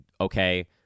okay